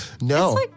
No